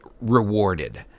rewarded